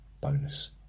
bonus